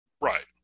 Right